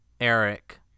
Eric